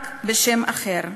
רק בשם אחר.